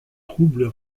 troubles